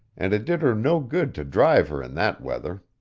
and it did her no good to drive her in that weather.